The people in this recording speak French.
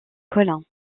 colin